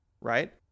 right